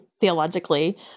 theologically